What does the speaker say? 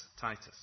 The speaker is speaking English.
Titus